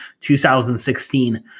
2016